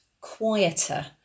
quieter